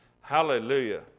Hallelujah